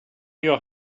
your